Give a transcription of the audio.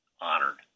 honored